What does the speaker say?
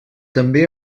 també